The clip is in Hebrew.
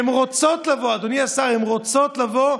הן רוצות לבוא.